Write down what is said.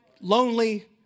lonely